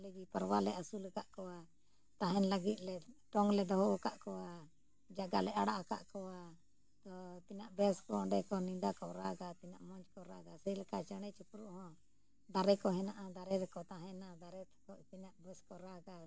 ᱟᱞᱮ ᱜᱮ ᱯᱟᱨᱣᱟ ᱞᱮ ᱟᱹᱥᱩᱞ ᱟᱠᱟᱫ ᱠᱚᱣᱟ ᱛᱟᱦᱮᱱ ᱞᱟᱹᱜᱤᱫ ᱴᱚᱝᱞᱮ ᱫᱚᱦᱚ ᱟᱠᱟᱫ ᱠᱚᱣᱟ ᱡᱟᱭᱜᱟ ᱞᱮ ᱟᱲᱟᱜ ᱟᱠᱟᱫ ᱠᱚᱣᱟ ᱛᱳ ᱛᱤᱱᱟᱹᱜ ᱵᱮᱥ ᱠᱚ ᱚᱸᱰᱮ ᱠᱚ ᱧᱤᱫᱟᱹ ᱠᱚ ᱨᱟᱜᱟ ᱛᱤᱱᱟᱹᱜ ᱢᱚᱡᱽ ᱠᱚ ᱨᱟᱜᱟ ᱥᱮᱞᱮᱠᱟ ᱪᱮᱬᱮ ᱪᱤᱯᱨᱩᱜ ᱦᱚᱸ ᱫᱟᱨᱮ ᱠᱚ ᱦᱮᱱᱟᱜᱼᱟ ᱫᱟᱨᱮ ᱨᱮᱠᱚ ᱛᱟᱦᱮᱱᱟ ᱫᱟᱨᱮ ᱛᱟᱠᱚ ᱛᱤᱱᱟᱹᱜ ᱵᱮᱥ ᱠᱚ ᱨᱟᱜᱟ